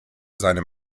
seine